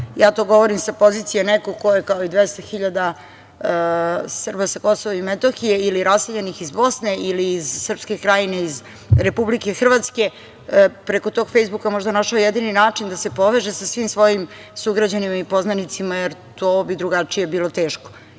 Ja to govorim sa pozicije nekog ko je, kao i 200 hiljada Srba sa KiM ili raseljenih iz Bosne ili iz Srpske Krajine, Republike Hrvatske, preko tog „Fejsbuka“ možda našao jedini način da se poveže sa svim svojim sugrađanima i poznanicima, jer to bi drugačije bilo teško.